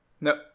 No